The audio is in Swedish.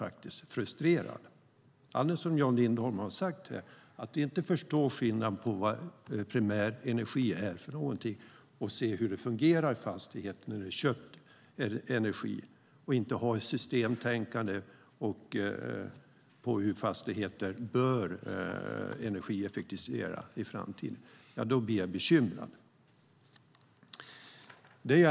Att man, som Jan Lindholm har sagt här, inte förstår skillnaden mellan vad primärenergi är och hur det fungerar i fastigheter när det är köpt energi och att man inte har ett systemtänkande när det gäller hur fastigheter bör energieffektiviseras i framtiden gör mig bekymrad.